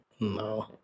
No